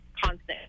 constant